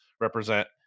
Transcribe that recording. represent